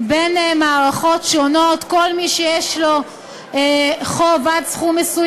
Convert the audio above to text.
למה אתם שולחים לנו נציגים בכל יומיים